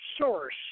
source